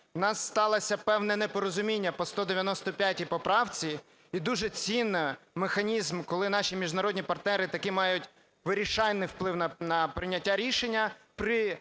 У нас сталося певне непорозуміння по 195 поправці, і дуже цінний механізм, коли наші міжнародні партнери таки мають вирішальний вплив на прийняття рішення